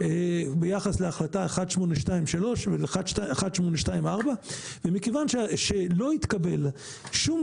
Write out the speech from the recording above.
ביחס להחלטה 1823 ו-1824 ומכיוון שלא התקבל שום